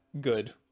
good